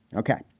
ok.